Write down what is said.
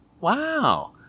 wow